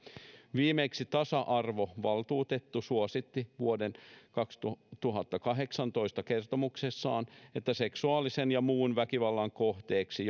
viimeksi tasa arvovaltuutettu suositti vuoden kaksituhattakahdeksantoista kertomuksessaan että seksuaalisen ja muun väkivallan kohteeksi